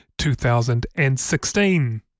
2016